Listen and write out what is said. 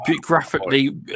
graphically